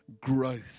growth